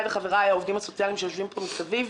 וחבריי העובדים הסוציאליים שיושבים פה מסביב,